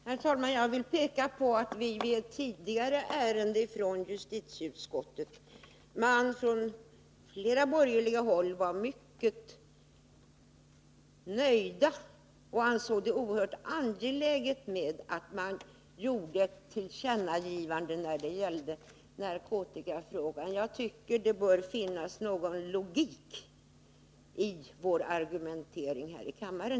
Herr talman! Jag vill peka på ett tidigare ärende från justitieutskottet, där man från flera borgerliga partiers sida var mycket nöjd och ansåg det oerhört angeläget att riksdagen gjorde ett tillkännagivande. Det gällde narkotikafrågan. Jag tycker att det bör finnas någon logik i vår argumentering här i kammaren.